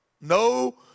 No